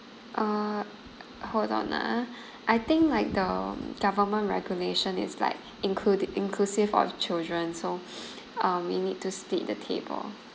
uh hold on ah I think like the um government regulation is like includi~ inclusive of children so um we need to split the table